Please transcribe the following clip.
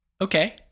Okay